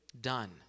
done